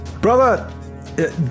Brother